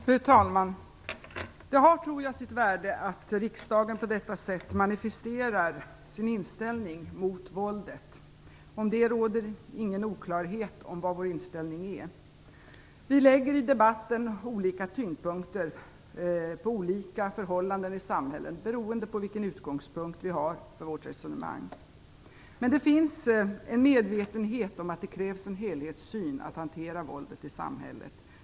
Fru talman! Det har sitt värde att riksdagen på detta sätt manifesterar sin inställning mot våldet. Det råder ingen oklarhet om vilken vår inställning är. Vi lägger i debatten tyngdpunkten på olika förhållanden i samhället beroende på vilken utgångspunkt vi har för vårt resonemang. Men det finns en medvetenhet om att det krävs en helhetssyn för att hantera våldet i samhället.